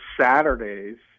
Saturdays